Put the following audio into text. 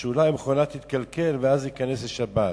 אולי המכונה תתקלקל, ואז תיכנס השבת.